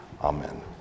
Amen